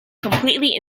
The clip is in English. completely